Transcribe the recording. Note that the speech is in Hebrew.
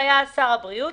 שהיה אז שר הבריאות,